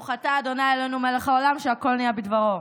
ברוך אתה ה' אלוהינו מלך העולם שהכול נהיה בדברו.